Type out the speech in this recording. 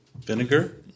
Vinegar